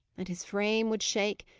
and his frame would shake,